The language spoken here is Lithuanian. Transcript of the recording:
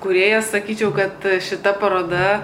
kūrėjas sakyčiau kad šita paroda